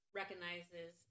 recognizes